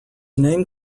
name